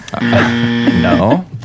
no